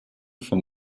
vom